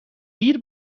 دیر